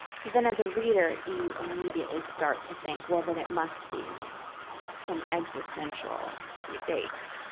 so then as a reader you immediately start to think, well, then it must be some existential state.